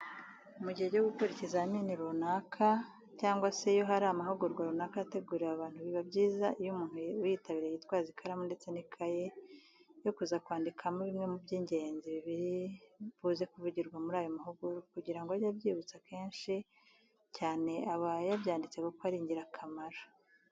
Mu gihe cyo gukora ikizamini runaka cyangwa se iyo hari amahugurwa runaka yateguriwe abantu biba byiza iyo umuntu uyitabiriye yitwaza ikaramu ndetse n'ikaye yo kuza kwandikamo bimwe mu by'ingenzi bbiri buze kuvugirwa muri ayo mahugurwa kugirango ajye abyibutsa kenshi cyane aba yabyanditse kuko ari ingirakamaro.